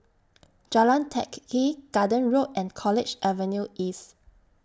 Jalan Teck Kee Garden Road and College Avenue East